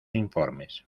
informes